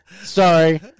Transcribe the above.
sorry